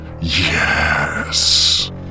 Yes